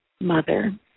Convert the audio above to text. mother